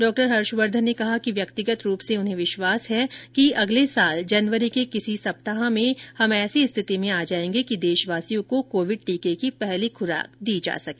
doctor Harshvardhan ने कहा कि व्यक्तिगत रूप से उन्हें विश्वास है कि अगले वर्ष जनवरी के किसी सप्ताह में हम इस स्थिति में आ जाएंगे कि देशवासियों को कोविड टीके की पहली खुराक दी जा सके